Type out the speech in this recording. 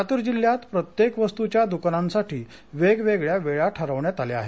लातूर जिल्ह्यात प्रत्येक वस्तूच्या दुकानांसाठी वेगवेगळ्या वेळा ठरवण्यात आल्या आहेत